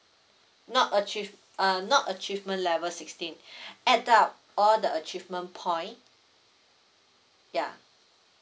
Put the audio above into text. not achieve uh not achievement level sixteen add up all the achievement point ya